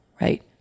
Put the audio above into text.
Right